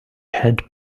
had